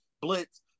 blitz